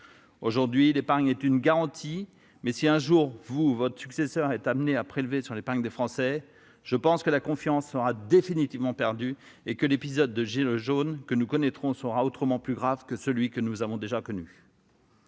Aujourd'hui, l'épargne est une garantie ; mais si, un jour, vous ou votre successeur étiez amené à prélever sur l'épargne des Français, je pense que la confiance serait définitivement rompue et que l'épisode de gilets jaunes que nous connaîtrions serait autrement plus grave que celui que nous avons vécu.